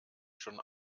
schon